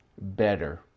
better